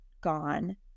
gone